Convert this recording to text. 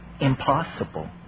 impossible